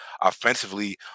offensively